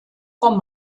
vom